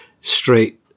straight